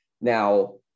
Now